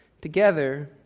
Together